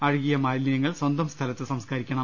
അഴുകിയ മാലിന്യങ്ങൾ സ്വന്തം സ്ഥലത്ത് സംസ്ക രിക്കണം